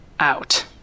out